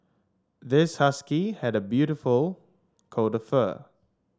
this husky had a beautiful coat of fur